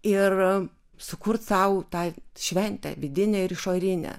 ir sukurt sau tą šventę vidinę ir išorinę